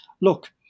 look